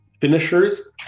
finishers